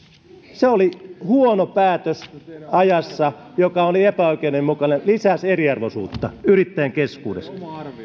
se oli huono päätös ajassa se oli epäoikeudenmukainen ja lisäsi eriarvoisuutta yrittäjien keskuudessa